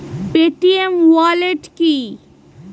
Paytm wallet কি?